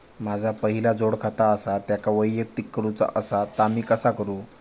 माझा पहिला जोडखाता आसा त्याका वैयक्तिक करूचा असा ता मी कसा करू?